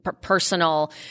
personal